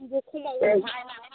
जोंबो खमाव हरनो हाया नालाय